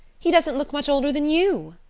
he doesn't look much older than you!